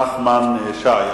נחמן שי.